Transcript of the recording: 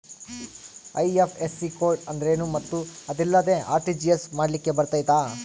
IFSC code ಅಂದ್ರೇನು ಮತ್ತು ಅದಿಲ್ಲದೆ ಆರ್.ಟಿ.ಜಿ.ಎಸ್ ಮಾಡ್ಲಿಕ್ಕೆ ಬರ್ತೈತಾ?